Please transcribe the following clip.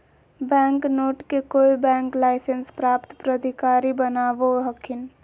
bank note के कोय bank licence प्राप्त प्राधिकारी बनावो हखिन